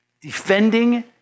defending